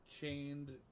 chained